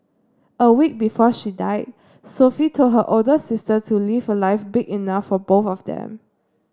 a week before she died Sophie told her older sister to live a life big enough for both of them